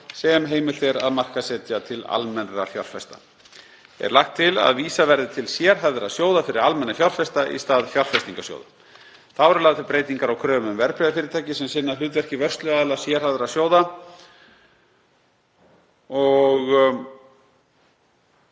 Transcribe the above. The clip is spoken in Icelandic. sem heimilt er að markaðssetja til almennra fjárfesta. Er lagt til að vísað verði til sérhæfðra sjóða fyrir almenna fjárfesta í stað fjárfestingarsjóða. Þá eru lagðar til breytingar á kröfum sem verðbréfafyrirtæki sem sinna hlutverki vörsluaðila sérhæfðra sjóða